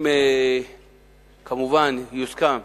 אם יוסכם,